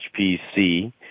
HPC